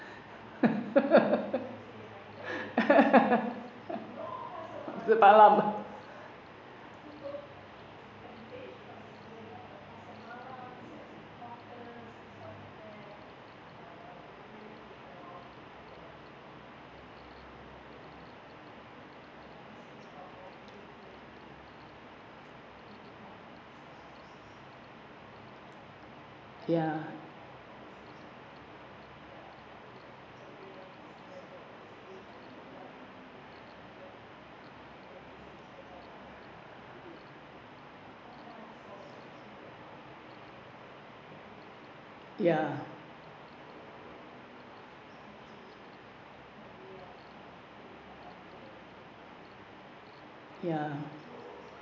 ya ya ya